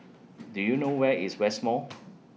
Do YOU know Where IS West Mall